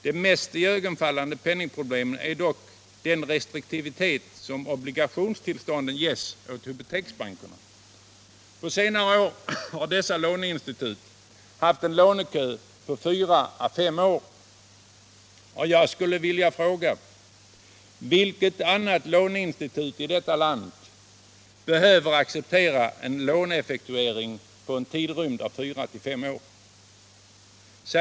Det mest iögonfallande penningproblemet är dock den restriktivitet med vilken obligationstillstånden ges åt Hypoteksbanken. På senare år har hos detta låneinstitut funnits en lånekö vars lånesökande kan få vänta på sin tur mellan fyra och fem år. Jag skulle vilja fråga: Vilket annat låneinstitut i detta land behöver acceptera en tid på mellan fyra och fem år för låneeffektuering?